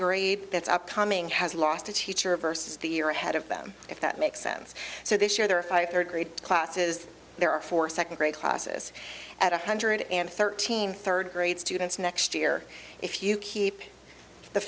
grade that's upcoming has lost a teacher versus the year ahead of them if that makes sense so this year there are five third grade classes there are four second grade classes at a hundred and thirteen third grade students next year if you keep the